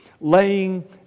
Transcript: laying